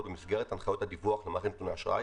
במסגרת הנחיות הדיווח למערכת נתוני האשראי,